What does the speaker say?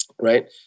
right